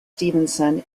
stevenson